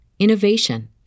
Innovation